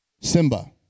Simba